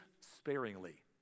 sparingly